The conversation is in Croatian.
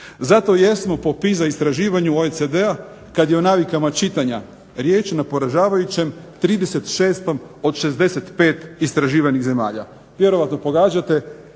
Zato jesmo po PIZA istraživanju OECD-a kad je o navikama čitanja riječ na poražavajućem 36 od 65 istraživanih zemalja. Vjerojatno pogađate